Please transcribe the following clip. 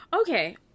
okay